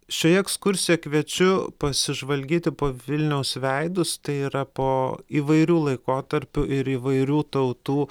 šioje ekskursijoje kviečiu pasižvalgyti po vilniaus veidus tai yra po įvairių laikotarpių ir įvairių tautų